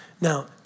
Now